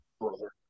Brother